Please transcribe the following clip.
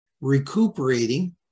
recuperating